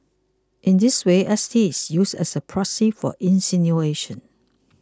in this way S T is used as a proxy for insinuation